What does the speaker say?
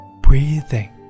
breathing